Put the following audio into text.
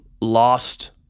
lost